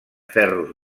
ferros